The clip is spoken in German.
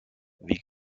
wie